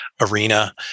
arena